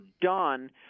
done